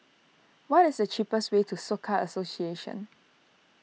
what is the cheapest way to Soka Association